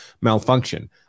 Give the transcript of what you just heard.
malfunction